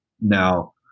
Now